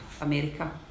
America